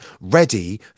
ready